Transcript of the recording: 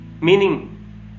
Meaning